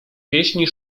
pieśni